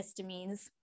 histamines